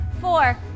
four